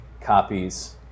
copies